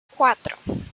cuatro